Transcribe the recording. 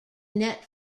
net